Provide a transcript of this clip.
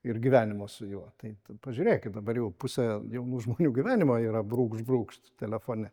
ir gyvenimo su juo tai pažiūrėkit dabar jau pusė jaunų žmonių gyvenimo yra brūkšt brūkšt telefone